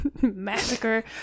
massacre